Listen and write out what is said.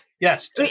Yes